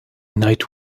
night